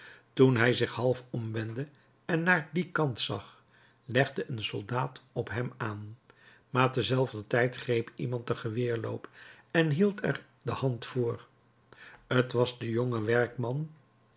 toen hij zich half omwendde en naar dien kant zag legde een soldaat op hem aan maar terzelfdertijd greep iemand den geweerloop en hield er de hand voor t was de jonge werkman